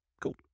Cool